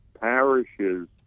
parishes